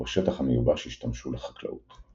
ובשטח המיובש השתמשו לחקלאות.